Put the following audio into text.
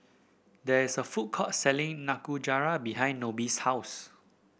there is a food court selling Nikujaga behind Nobie's house